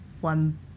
one